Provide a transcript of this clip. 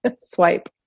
swipe